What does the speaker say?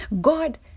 God